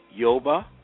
Yoba